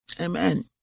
Amen